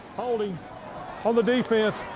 holding on the defense.